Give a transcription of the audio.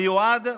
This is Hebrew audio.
המיועד,